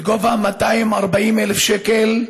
בגובה 240,000 שקל,